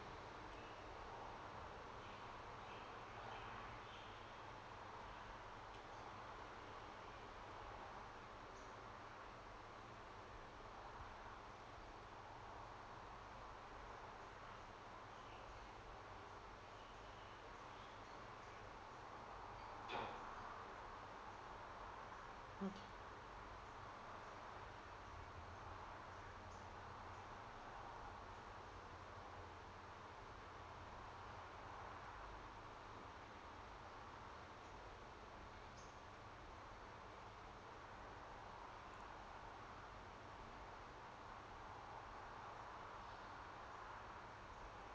mm